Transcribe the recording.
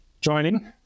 joining